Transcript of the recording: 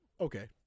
okay